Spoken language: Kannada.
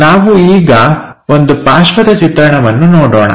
ನಾವು ಈಗ ಒಂದು ಪಾರ್ಶ್ವದ ಚಿತ್ರಣವನ್ನು ನೋಡೋಣ